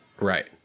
Right